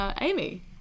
Amy